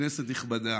כנסת נכבדה,